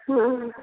हाँ